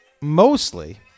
mostly